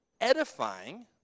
edifying